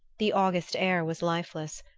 the august air was lifeless,